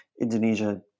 Indonesia